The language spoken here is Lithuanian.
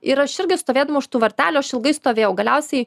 ir aš irgi stovėdama už tų vartelių aš ilgai stovėjau galiausiai